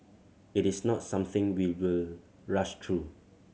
it is not something we will rush through